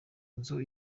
nzu